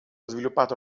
sviluppato